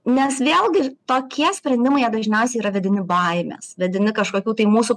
nes vėlgi tokie sprendimai jie dažniausiai yra vedini baimės vedini kažkokių tai mūsų